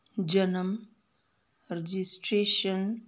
ਜਨਮ ਰਜਿਸਟ੍ਰੇਸ਼ਨ